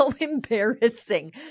embarrassing